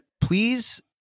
please